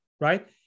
right